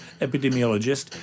epidemiologist